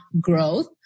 growth